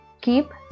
keep